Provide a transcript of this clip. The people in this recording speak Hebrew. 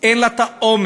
אין לה את האומץ,